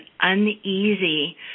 uneasy